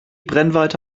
brennweite